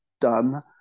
done